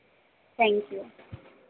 thank you